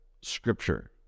scripture